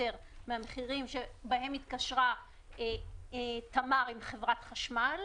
מן המחירים שבהם התקשרה תמר עם חברת החשמל.